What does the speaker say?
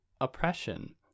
oppression